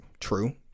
True